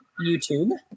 YouTube